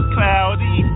Cloudy